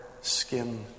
skin